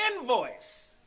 invoice